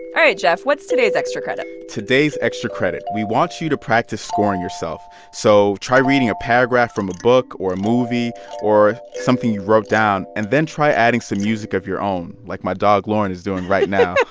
all right, jeff, what's today's extra credit? today's extra credit we want you to practice scoring yourself. so try reading a paragraph from a book or movie or something you wrote down. and then try adding some music of your own, like my dog lauren is doing right now